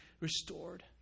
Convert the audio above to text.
restored